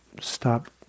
stop